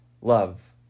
love